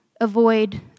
avoid